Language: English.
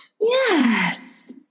Yes